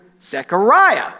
Zechariah